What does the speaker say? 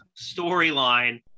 storyline